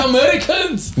Americans